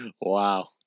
Wow